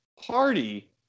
party